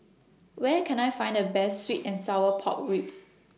Where Can I Find The Best Sweet and Sour Pork Ribs